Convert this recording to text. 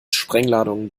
sprengladungen